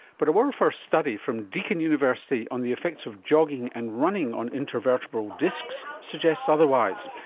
but a world first study from deakin university on the effects of jogging and running on intervertebral discs suggests otherwise.